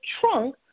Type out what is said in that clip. trunk